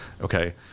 okay